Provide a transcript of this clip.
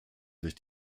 sich